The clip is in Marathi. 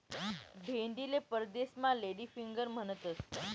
भेंडीले परदेसमा लेडी फिंगर म्हणतंस